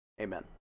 amen